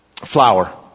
flower